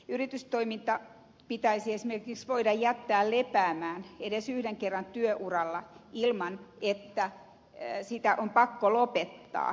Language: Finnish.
yritystoiminta pitäisi esimerkiksi voida jättää lepäämään edes yhden kerran työuralla ilman että sitä on pakko lopettaa